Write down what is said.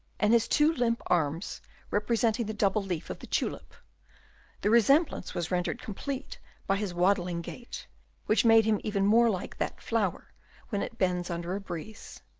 and his two limp arms representing the double leaf of the tulip the resemblance was rendered complete by his waddling gait which made him even more like that flower when it bends under a breeze.